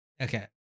Okay